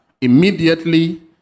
immediately